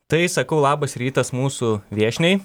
tai sakau labas rytas mūsų viešniai